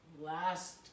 last